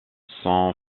son